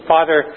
Father